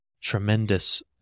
tremendous